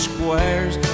Squares